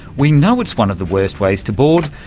we know it's one of the worst ways to board,